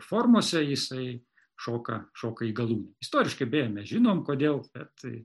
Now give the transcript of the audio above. formose jisai šoka šoka į galūnę istoriškai beje mes žinom kodėl bet